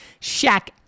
Shaq